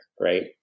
right